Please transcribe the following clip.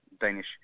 danish